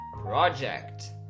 project